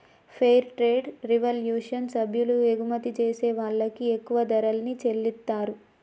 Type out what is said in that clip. fair trade revolution సభ్యులు ఎగుమతి జేసే వాళ్ళకి ఎక్కువ ధరల్ని చెల్లిత్తారు